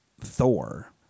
Thor